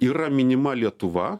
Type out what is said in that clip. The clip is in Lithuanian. yra minima lietuva